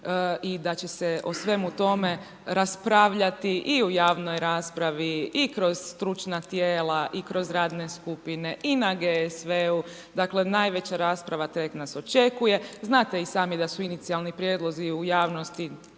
i da će se o svemu tome raspravljati i o u javnoj raspravi i kroz stručna tijela i kroz radne skupine i na GSV-u, dakle najveća rasprava tek nas očekuje. Znate i sami da su inicijalni prijedlozi u javnosti